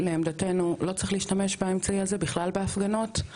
לעמדתנו לא צריך להשתמש באמצעי הזה בכלל בהפגנות.